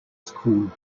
school